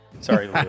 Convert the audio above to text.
Sorry